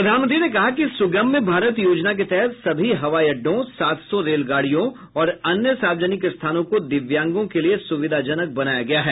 प्रधानमंत्री ने कहा कि सुगम्य भारत योजना के तहत सभी हवाई अड्डों सात सौ रेलगाडियों और अन्य सार्वजनिक स्थानों को दिव्यांगों के लिए सुविधाजनक बनाया गया है